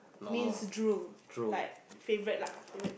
means drool like favourite lah favourite